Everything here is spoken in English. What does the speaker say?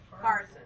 Carson